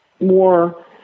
more